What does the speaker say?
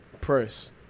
press